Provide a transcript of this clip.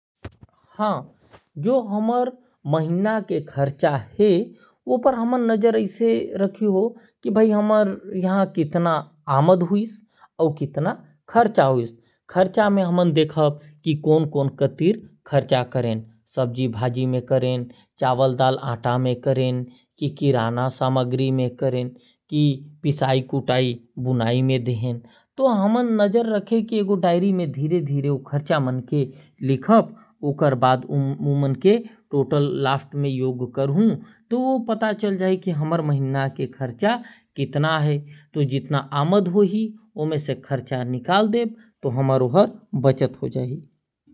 हां जो हमर महीना के खर्चा है ओकर ऊपर हमन नजर रख सकत ही। की भाई कितना आमदनी होइस कितना घाटा होइस। जैसे कितना के साग सब्जी लहे कितना के राशन पानी आइस कितना के पिसाई होइस। ये सब ल धीरे धीरे डायरी में नोट करना है और टोटल निकाल के जितना आमदनी होने उतना में खर्चा ला निकाल देब तो बचत पता चलही।